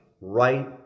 right